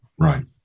Right